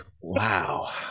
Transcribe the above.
wow